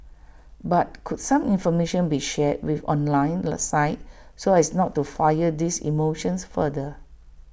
but could some information be shared with online sites so as to not fire these emotions further